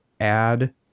add